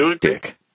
dick